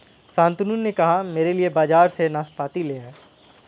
शांतनु से कहना मेरे लिए बाजार से नाशपाती ले आए